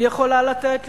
יכולה לתת לו,